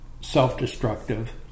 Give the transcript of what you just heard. self-destructive